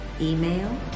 email